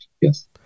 yes